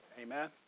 amen